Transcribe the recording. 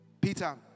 Peter